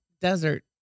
desert